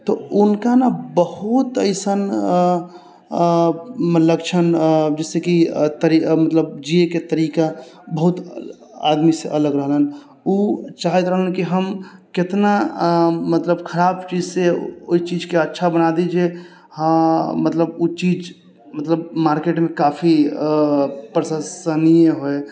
तऽ उनका ने बहुत अइसन लक्षण जैसे कि मतलब जियैके तरीका बहुत आदमीसँ अलग रहलनि उ चाहैत रहलनि कि हम केतना मतलब खराब चीजसँ ओइ चीजके अच्छा बना दी जे हँ मतलब उ चीज मतलब मार्केटमे काफी प्रशंसनीय होइ